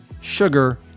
sugar